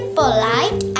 polite